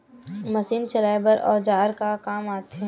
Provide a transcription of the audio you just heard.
Machine चलाए बर औजार का काम आथे?